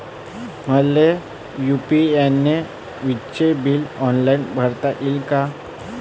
मले यू.पी.आय न विजेचे बिल ऑनलाईन भरता येईन का?